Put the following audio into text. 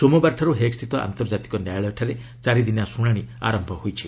ସୋମବାରଠାରୁ ହେଗ୍ ସ୍ଥିତ ଆନ୍ତର୍କାତିକ ନ୍ୟାୟାଳୟରେ ଚାରିଦିନିଆ ଶୁଣାଣି ଆରମ୍ଭ ହୋଇଛି